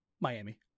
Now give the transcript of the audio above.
Miami